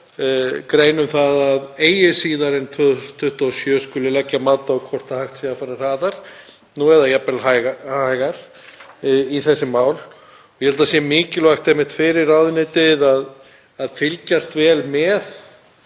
grein um að eigi síðar en 2027 skuli leggja mat á hvort hægt sé að fara hraðar eða jafnvel hægar í þessi mál. Ég held að það sé einmitt mikilvægt fyrir ráðuneytið að fylgjast vel með